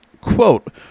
Quote